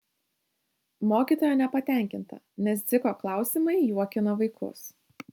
mokytoja nepatenkinta nes dziko klausimai juokina vaikus